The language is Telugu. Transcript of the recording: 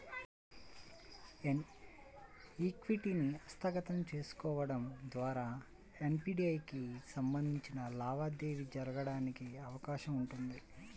ఈక్విటీని హస్తగతం చేసుకోవడం ద్వారా ఎఫ్డీఐకి సంబంధించిన లావాదేవీ జరగడానికి అవకాశం ఉంటుంది